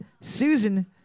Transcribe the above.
Susan